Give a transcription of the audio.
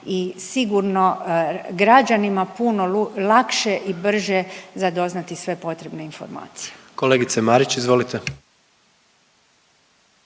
i sigurno građanima puno lakše i brzo za doznati sve potrebne informacije. **Jandroković, Gordan